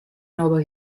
nova